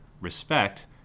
respect